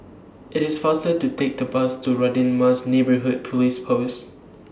IT IS faster to Take The Bus to Radin Mas Neighbourhood Police Post